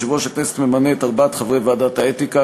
יושב-ראש הכנסת ממנה את ארבעת חברי ועדת האתיקה,